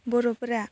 बर'फोरा